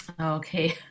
Okay